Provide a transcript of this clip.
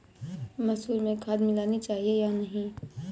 मसूर में खाद मिलनी चाहिए या नहीं?